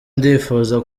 ndifuza